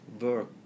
work